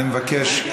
אני מבקש.